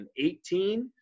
2018